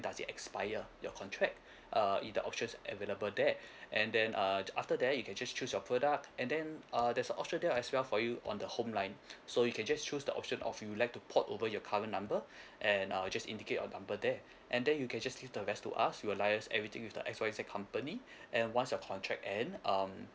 does it expire your contract uh either options available there and then uh after that you can just choose your product and then uh there's an option as well for you on the home line so you can just choose the option of you'd like to port over your current number and err just indicate your number there and then you can just leave the rest to us we will liaise everything with the X Y Z company and once your contract end um